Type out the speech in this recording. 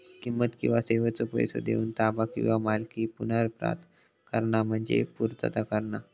किंमत किंवा सेवेचो पैसो देऊन ताबा किंवा मालकी पुनर्प्राप्त करणा म्हणजे पूर्तता करणा